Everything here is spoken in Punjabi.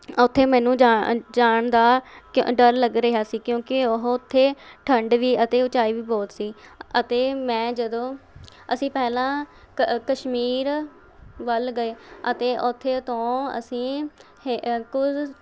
ਉੱਥੇ ਮੈਨੂੰ ਜਾਣ ਜਾਣ ਦਾ ਕ ਅ ਡਰ ਲੱਗ ਰਿਹਾ ਸੀ ਕਿਉਂਕਿ ਉਹ ਉੱਥੇ ਠੰਡ ਵੀ ਅਤੇ ਉਚਾਈ ਵੀ ਬਹੁਤ ਸੀ ਅਤੇ ਮੈਂ ਜਦੋਂ ਅਸੀਂ ਪਹਿਲਾਂ ਕ ਅ ਕਸ਼ਮੀਰ ਵੱਲ ਗਏ ਅਤੇ ਉੱਥੇ ਤੋਂ ਅਸੀਂ ਹੇ ਅ ਕੁਝ